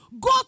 Go